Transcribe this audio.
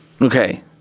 Okay